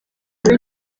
kuba